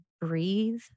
breathe